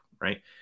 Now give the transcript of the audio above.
right